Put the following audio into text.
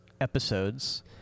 episodes